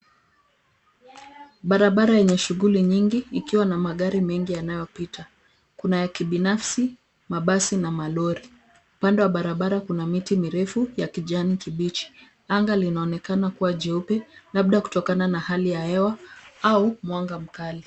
Barabara yenye shughuli nyingi ikiwa na magari mengi yanayopita. Kuna ya kibinafsi, mabasi na malori. Kando ya barabara kuna miti mirefu ya kijani kibichi. Anga linaonekana kuwa jeupe labda kutokana na hali ya hewa au mwanga mkali.